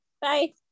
Bye